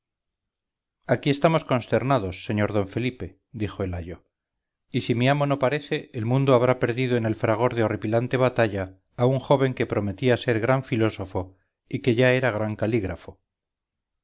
aquí estamos consternados sr d felipe dijo el ayo y si mi amo no parece el mundo habrá perdido en el fragor de horripilante batalla a un joven que prometía ser gran filósofo y que ya era gran calígrafo